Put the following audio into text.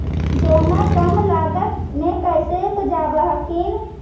गेहुमा कम लागत मे कैसे उपजाब हखिन?